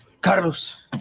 Carlos